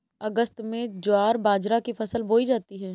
अगस्त में ज्वार बाजरा की फसल बोई जाती हैं